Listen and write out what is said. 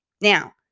now